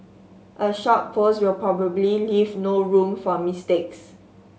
a short post will probably leave no room for mistakes